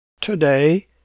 Today